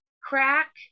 crack